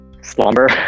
slumber